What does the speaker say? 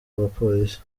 abapolisi